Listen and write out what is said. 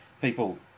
people